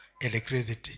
electricity